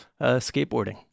skateboarding